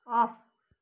off